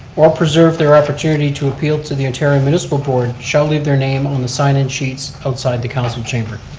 or preserve their opportunity to appeal to the ontario municipal board shall leave their name on the sign in sheets outside the council chamber.